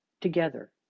together